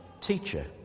Teacher